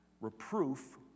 reproof